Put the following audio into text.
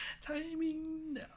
Timing